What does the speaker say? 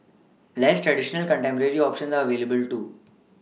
less traditional contemporary options are available too